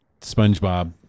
Spongebob